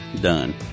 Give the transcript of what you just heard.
done